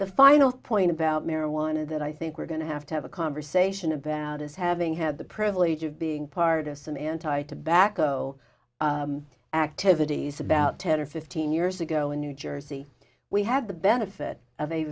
the final point about marijuana that i think we're going to have to have a conversation about is having had the privilege of being partisan anti tobacco activities about ten or fifteen years ago in new jersey we had the benefit of a